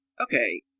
okay